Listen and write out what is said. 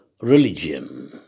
religion